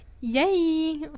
Yay